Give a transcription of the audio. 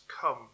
come